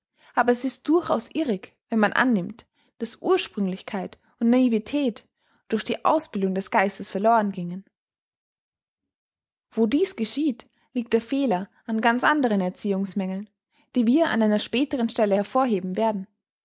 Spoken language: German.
aber es ist durchaus irrig wenn man annimmt daß ursprünglichkeit und naivetät durch die ausbildung des geistes verloren gingen wo dies geschieht liegt der fehler an ganz andern erziehungsmängeln die wir an einer späteren stelle hervorheben werden